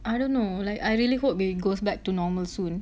I don't know like I really hope when it goes back to normal soon